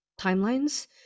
timelines